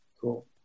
Cool